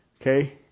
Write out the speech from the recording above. Okay